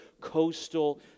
coastal